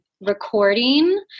recording